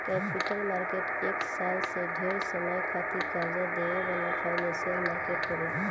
capital market एक साल से ढेर समय खातिर कर्जा देवे वाला फाइनेंशियल मार्केट होला